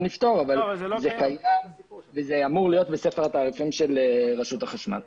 לפתור וזה אמור להיות בספר התעריפים של רשות החשמל.